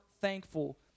thankful